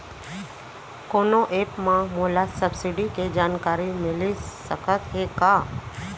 कोनो एप मा मोला सब्सिडी के जानकारी मिलिस सकत हे का?